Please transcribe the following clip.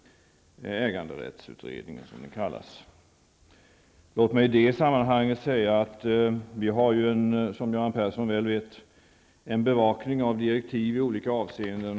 äganderättsutredningen som den kallas. Låt mig i det sammanhanget säga att vi har, vilket Göran Persson väl vet, en bevakning av direktiv i olika avseenden.